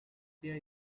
their